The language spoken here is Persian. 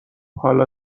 حالا